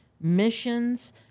missions